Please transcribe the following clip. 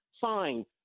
Fine